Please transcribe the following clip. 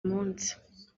munsi